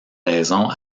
raison